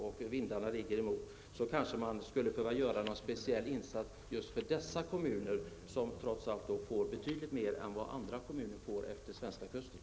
Med tanke på detta kanske man skulle kunna göra någon speciell insats just för dessa kommuner, som alltså får betydligt mer av nedsmutsning än andra kommuner utefter den svenska kusten.